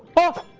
oh